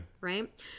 right